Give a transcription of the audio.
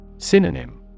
Synonym